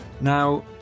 Now